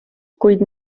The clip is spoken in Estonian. kuid